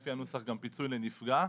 לפי הנוסח פיצוי לנפגע.